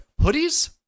hoodies